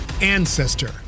ancestor